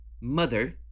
Mother